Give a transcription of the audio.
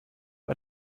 bei